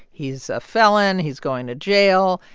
he's a felon. he's going to jail.